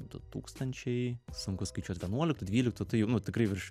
du tūkstančiai sunku skaičiuot vienuoliktų dvyliktų tai jau nu tikrai virš